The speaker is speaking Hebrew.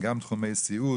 גם תחומי סיעוד,